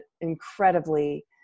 incredibly